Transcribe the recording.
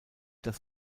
das